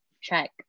check